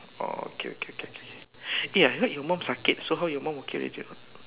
oh okay okay okay K eh I heard your mom sakit so how your mom okay already or not